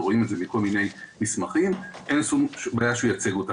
ורואים את זה בכל מיני מסמכים אין שום בעיה שהוא ייצג אותם.